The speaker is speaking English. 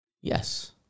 Yes